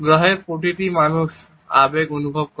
গ্রহের প্রতিটি মানুষ আবেগ অনুভব করে